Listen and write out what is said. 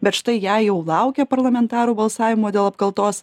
bet štai jei jau laukia parlamentarų balsavimo dėl apkaltos